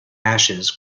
ashes